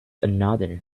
another